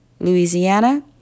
Louisiana